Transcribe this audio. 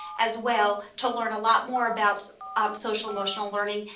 as well to learn a lot more about um social-emotional learning.